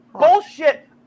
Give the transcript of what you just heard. Bullshit